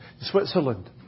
Switzerland